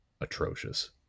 atrocious